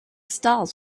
stalls